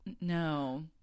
no